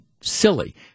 silly